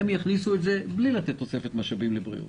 הם יכניסו את זה בלי לתת תוספת משאבים לבריאות.